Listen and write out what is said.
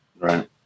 Right